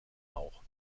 auch